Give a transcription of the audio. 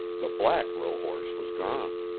the black rohorse was gone.